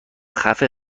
خفه